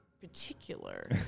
particular